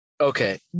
okay